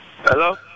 Hello